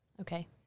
Okay